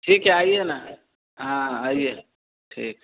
ठीक है आइए ना हाँ आइए ठीक